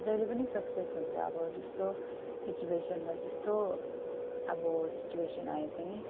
जहिले पनि सक्सेस हुन्छ अब जस्तो सिचुएसनमा जस्तो अब सिचुएसन आए पनि